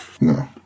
No